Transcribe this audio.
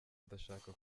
ndashaka